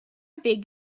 beg